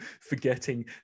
forgetting